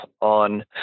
on